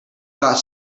got